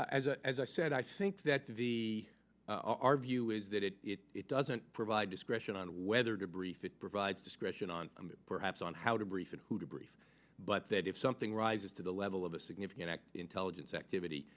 as as i said i think that the our view is that it doesn't provide discretion on whether to brief it provides discretion on perhaps on how to brief and who to brief but that if something rises to the level of a significant intelligence activity